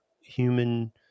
human